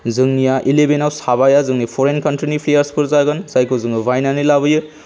जोंनिया इलेभेनाव साबाया जोंनि फरैन काउन्ट्रिनि प्लेयार्सफोर जागोन जायखौ जोङो बायनानै लाबोयो